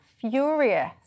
furious